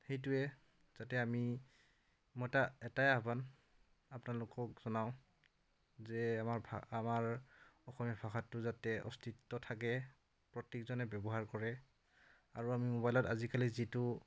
সেইটোৱে যাতে আমি মোৰ এটা এটাই আহ্বান আপোনালোকক জনাওঁ যে আমাৰ ভাষা আমাৰ অসমীয়া ভাষাটো যাতে অস্তিত্ব থাকে প্ৰত্যেকজনে ব্যৱহাৰ কৰে আৰু আমি ম'বাইলত আজিকালি যিটো